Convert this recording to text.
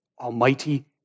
Almighty